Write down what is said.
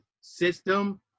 system